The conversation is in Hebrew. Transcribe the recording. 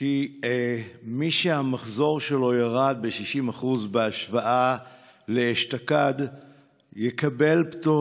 כי מי שהמחזור שלו ירד ב-60% בהשוואה לאשתקד יקבל פטור